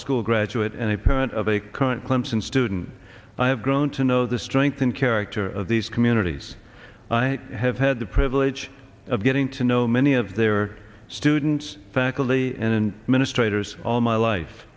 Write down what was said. school graduate and a parent of a current clemson student i have grown to know the strength and character of these communities i have had the privilege of getting to know many of their students faculty in ministre toure's all my life